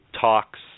talks